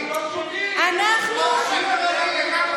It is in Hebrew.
שקרנים, חבורת שקרנים.